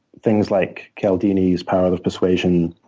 things like caldini's power of persuasion